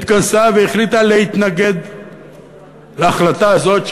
התכנסה והחליטה להתנגד להחלטה הזאת,